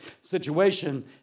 situation